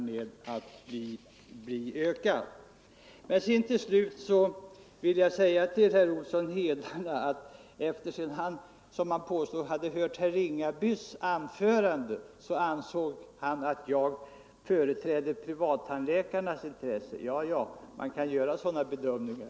Till slut vill jag vända mig till Per Olsson i Edane, som sade att sedan han hade hört herr Ringabys anförande ansåg han att jag företrädde privattandläkarnas intressen. Ja, ja, man kan göra sådana bedömningar.